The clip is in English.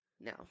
No